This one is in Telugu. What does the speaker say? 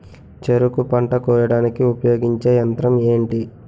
చెరుకు పంట కోయడానికి ఉపయోగించే యంత్రం ఎంటి?